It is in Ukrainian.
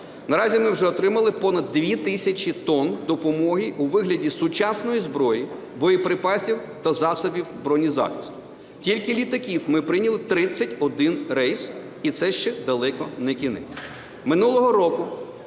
Наразі ми вже отримали понад 2 тисячі тонн допомоги у вигляді сучасної зброї, боєприпасів та засобів бронезахисту. Тільки літаків ми прийняли 31 рейс. І це ще далеко не кінець.